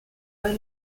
del